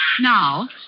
Now